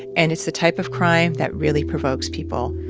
and it's the type of crime that really provokes people,